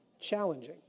challenging